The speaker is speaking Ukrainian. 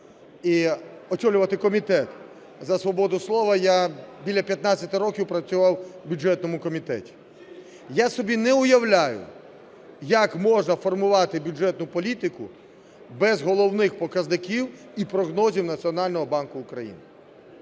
і очолювати Комітет за свободу слова, я біля 15 років працював в бюджетному комітеті. Я собі не уявляю, як можна формувати бюджетну політику без головних показників і прогнозів Національного банку України?